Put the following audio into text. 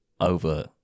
over